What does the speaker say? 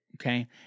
okay